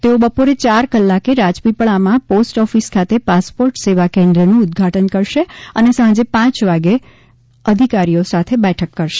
તેઓ બપોરે ચાર કલાકે રાજપીપપળામાં પોસ્ટ ઓફિસ ખાતે પાસપોર્ટ સેવા કેન્દ્રનું ઉદ્દઘાટન કરશે અને સાંજે પાંચ વાગે અધિકારીઓ સાથે બેઠક કરશે